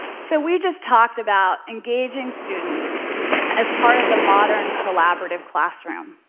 so we just talked about engaging students as part of the modern collaborative classroom.